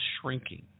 shrinking